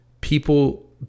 people